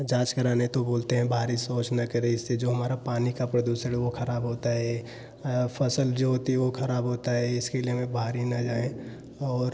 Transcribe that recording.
जाँच कराने तो बोलते हैं बाहरी शौच न करें इससे जो हमारा पानी का प्रदूषण है वो खराब होता है फसल जो होती है वो खराब होता है इसके लिए हमें बाहरी न जाएँ और